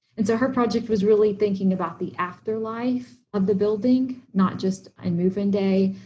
and so her project was really thinking about the afterlife of the building, not just in moving day,